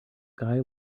guy